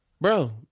Bro